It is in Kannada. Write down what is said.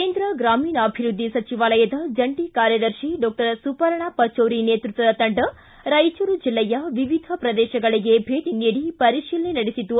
ಕೇಂದ್ರ ಗ್ರಾಮೀಣಾಭಿವೃದ್ಧಿ ಸಚಿವಾಲಯದ ಜಂಟ ಕಾರ್ಯದರ್ಶಿ ಡಾಕ್ಟರ್ ಸುಪರ್ಣಾ ಪಚೌರಿ ನೇತೃತ್ವದ ತಂಡ ರಾಯಚೂರು ಜಿಲ್ಲೆಯ ವಿವಿಧ ಪ್ರದೇಶಗಳಿಗೆ ಭೇಟ ನೀಡಿ ಪರಿಶೀಲನೆ ನಡೆಸಿತು